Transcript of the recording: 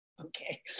Okay